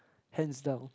hands down